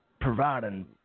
providing